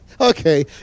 okay